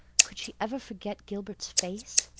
could she ever forget gilbert's face?